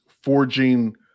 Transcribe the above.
forging